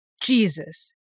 Jesus